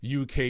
UK